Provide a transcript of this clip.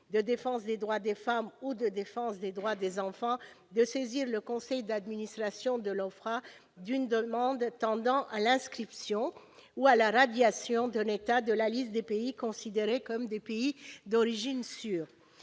de défense des droits des femmes ou de défense des droits des enfants de saisir le conseil d'administration de l'OFPRA d'une demande tendant à l'inscription ou à la radiation d'un État de la liste des pays considérés comme des pays d'origine sûrs.